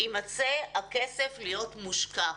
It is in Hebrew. יימצא הכסף להיות מושקע.